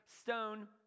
stone